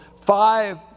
Five